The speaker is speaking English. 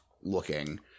looking